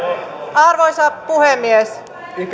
arvoisa puhemies